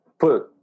put